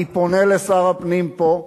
אני פונה לשר הפנים פה,